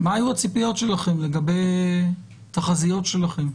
מה היו הציפיות שלכם לגבי תחזיות שלכם?